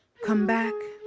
come back.